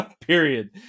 period